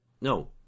No